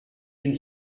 une